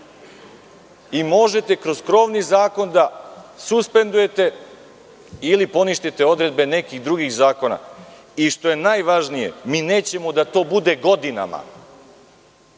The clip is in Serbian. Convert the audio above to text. Vi možete kroz krovni zakon da suspendujete ili poništite odredbe nekih drugih zakona. Što je najvažnije, mi nećemo da to bude godinama,